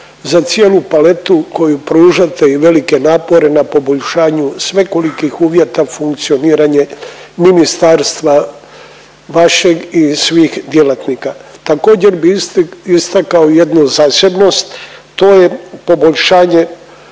za cijelu paletu koju pružate i velike napore na poboljšanju svekolikih uvjeta funkcioniranje ministarstva vašeg i svih djelatnika. Također bi isti… istakao jednu zasebnost, to je poboljšanje